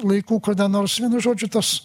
laikų kada nors vienu žodžiu tos